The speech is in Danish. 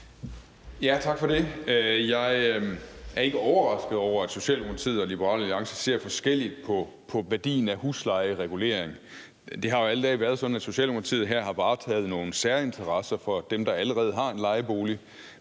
Tak for det. Jeg er ikke overrasket over, at Socialdemokratiet og Liberal Alliance ser forskelligt på værdien af huslejeregulering. Det har jo alle dage været sådan, at Socialdemokratiet her har varetaget nogle særinteresser for dem, der allerede har en lejebolig,